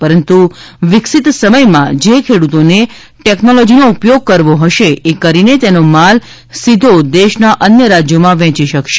પરંતુ વિકસીત સમયમાં જે ખેડૂતોને ટેકનોલોજીનો ઉપયોગ કરવો ફશે એ કરીને તેનો માલ સીધો દેશના અન્ય રાજયોમાં વેચી શકશે